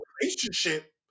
relationship